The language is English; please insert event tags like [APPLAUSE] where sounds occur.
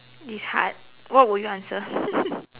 this is hard what will you answer [LAUGHS]